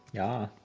yeah.